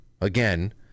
again